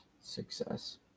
success